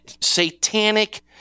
satanic